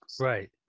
Right